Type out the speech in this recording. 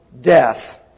death